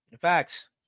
Facts